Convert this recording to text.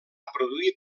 produir